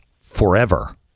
forever